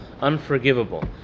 unforgivable